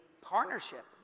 partnership